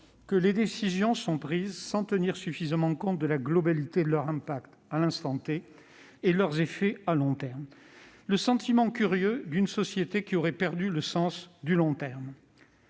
que les décisions sont prises sans tenir suffisamment compte de la globalité de leur impact à l'instant et de leurs effets à long terme. Nous avons le sentiment curieux d'une société qui aurait perdu le sens du long terme.